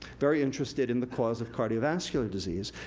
very interested in the cause of cardiovascular disease.